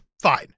Fine